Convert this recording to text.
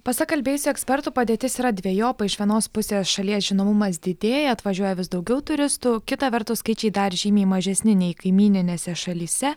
pasak kalbėjusių ekspertų padėtis yra dvejopa iš vienos pusės šalies žinomumas didėja atvažiuoja vis daugiau turistų kita vertus skaičiai dar žymiai mažesni nei kaimyninėse šalyse